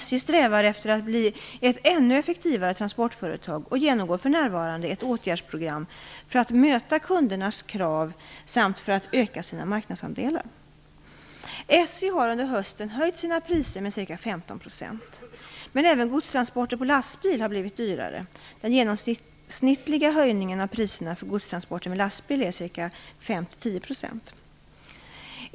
SJ strävar efter att bli ett ännu effektivare transportföretag och genomgår för närvarande ett åtgärdsprogram för att möta kundernas krav samt för att öka sina marknadsandelar. SJ har under hösten höjt sina priser med ca 15 %. Men även godstransporter på lastbil har blivit dyrare. Den genomsnittliga höjningen av priserna för godstransporter med lastbil är ca 5-10 %.